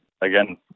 again